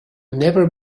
never